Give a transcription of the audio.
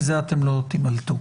מזה אתם לא תימלטו.